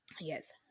yes